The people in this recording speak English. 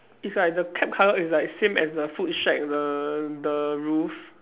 it's like the cap colour is like same as the food shack the the roof